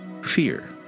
fear